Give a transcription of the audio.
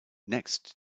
next